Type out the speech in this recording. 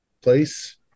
place